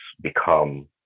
become